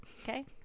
Okay